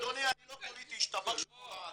אדוני, אני לא פוליטי ישתבח שמו לעד.